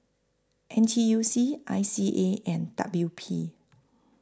N T U C I C A and W P